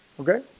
okay